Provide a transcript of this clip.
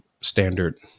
standard